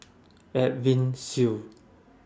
Edwin Siew